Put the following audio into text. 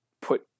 put